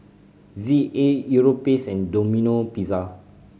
Z A Europace and Domino Pizza